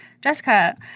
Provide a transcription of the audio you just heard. Jessica